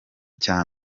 cya